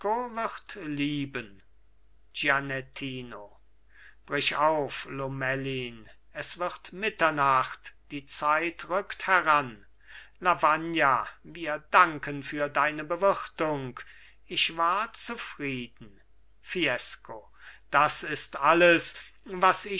lieben gianettino brich auf lomellin es wird mitternacht die zeit rückt heran lavagna wir danken für deine bewirtung ich war zufrieden fiesco das ist alles was